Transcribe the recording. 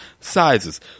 sizes